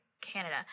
Canada